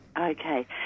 Okay